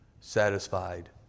satisfied